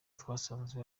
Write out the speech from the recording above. twasanze